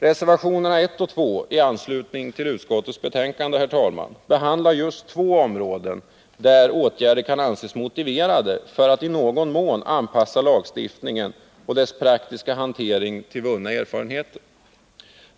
Reservationerna 1 och 2 i anslutning till utskottets betänkande, herr talman, behandlar just två områden där åtgärder kan anses motiverade för att i någon mån anpassa lagstiftningen och dess praktiska hantering till vunna erfarenheter.